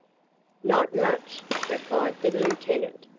not much! replied the lieutenant.